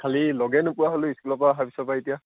খালী লগেই নোপোৱা হ'লো স্কুলৰ পৰা অহা পিছৰ পৰা এতিয়া